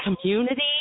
community